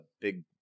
big